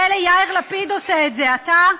מילא יאיר לפיד עושה את זה, אתה?